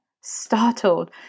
startled